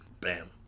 bam